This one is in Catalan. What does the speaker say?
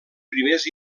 primers